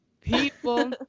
people